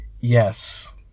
Yes